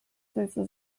süße